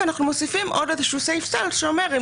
ואנחנו מוסיפים עוד איזשהו סעיף סל שאומר שאם